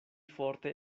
forte